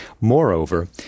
Moreover